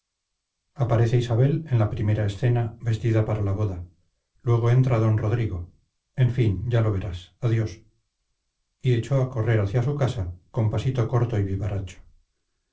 aparece isabel en la primera escena vestida para la boda luego entra d rodrigo en fin ya lo verás adiós y echó a correr hacia su casa con pasito corto y vivaracho